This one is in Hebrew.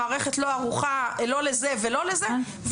המערכת לא ערוכה לא לזה ולא לזה,